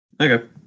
Okay